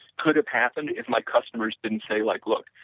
could have happened if my customers didn't say like, look,